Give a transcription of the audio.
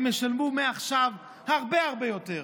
הם ישלמו מעכשיו הרבה הרבה יותר.